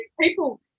people